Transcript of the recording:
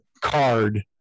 card